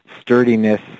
sturdiness